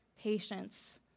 patience